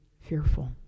fearful